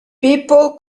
people